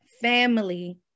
family